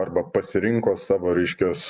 arba pasirinko savo reiškias